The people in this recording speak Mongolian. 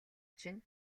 чинь